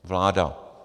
Vláda!